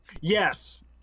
Yes